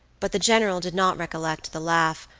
but the general did not recollect the laugh,